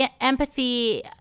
empathy